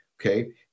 Okay